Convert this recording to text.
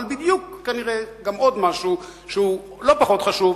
אבל בדיוק כנראה גם עוד משהו שהוא לא פחות חשוב,